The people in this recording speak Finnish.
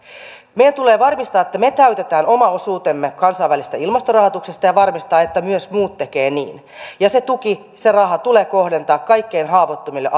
meidän tulee varmistaa että me täytämme oman osuutemme kansainvälisestä ilmastorahoituksesta ja varmistaa että myös muut tekevät niin se tuki se raha tulee kohdentaa kaikkein haavoittuvimmille